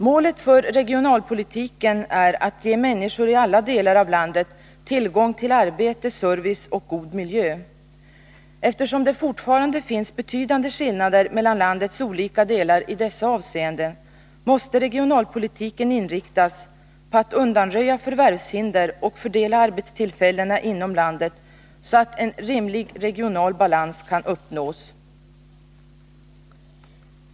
Målet för regionalpolitiken är att ge människor i alla delar av landet tillgång till arbete, service och god miljö. Eftersom det fortfarande finns betydande skillnader mellan landets olika delar i dessa avseenden, måste regionalpolitiken inriktas på att undanröja förvärvshinder och fördela arbetstillfällena inom landet, så att en rimlig regional balans kan uppnås.